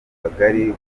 kagali